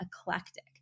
eclectic